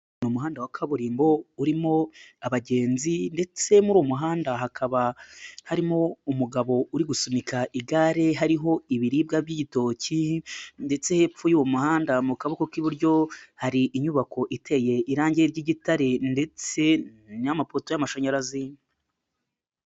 Umuhanda wa kaburimbo urimo abagenzi ndetse muri uwo muhanda hakaba harimo umugabo uri gusunika igare, hariho ibiribwa by'igitoki ndetse hepfo y'uwo muhanda mu kaboko k'iburyo hari inyubako iteye irangi ry'igitare ndetse n'amapoto y'amashanyarazi.